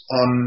on